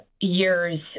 years